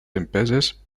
empeses